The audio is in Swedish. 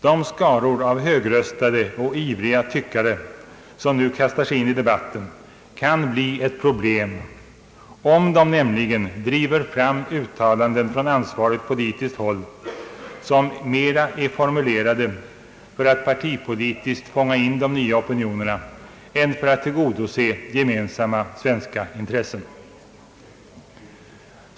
De skaror av högröstade och ivriga tyckare som kastar sig in i debatten kan bli ett problem, om de nämligen driver fram uttalanden från ansvarigt politiskt håll som mera är formulerade för att partipolitiskt fånga in de nya opinionerna än för att tillgodose gemensamma svenska intressen.